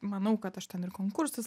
manau kad aš ten ir konkursus